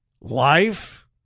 life